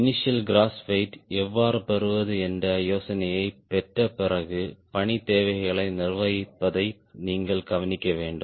initial gross weight எவ்வாறு பெறுவது என்ற யோசனையைப் பெற்ற பிறகு பணித் தேவைகளை நிர்வகிப்பதை நீங்கள் கவனிக்க வேண்டும்